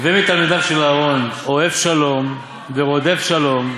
הווי מתלמידיו של אהרן, אוהב שלום ורודף שלום,